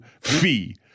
fee